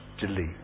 delete